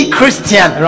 Christian